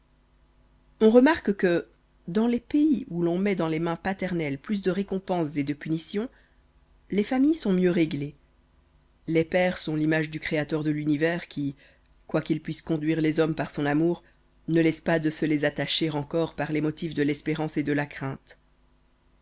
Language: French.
on remarque que dans les pays où l'on met dans les mains paternelles plus de récompenses et de punitions les familles sont mieux réglées les pères sont l'image du créateur de l'univers qui quoiqu'il puisse conduire les hommes par son amour ne laisse pas de se les attacher encore par les motifs de l'espérance et de la crainte